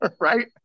right